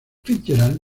fitzgerald